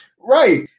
Right